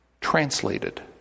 translated